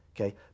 okay